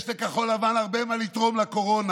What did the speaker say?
יש לכחול לבן הרבה מה לתרום לקורונה,